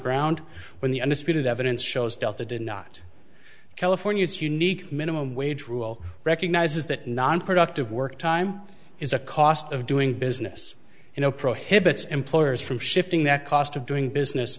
ground when the undisputed evidence shows delta did not california's unique minimum wage rule recognizes that nonproductive work time is a cost of doing business you know prohibits employers from shifting that cost of doing business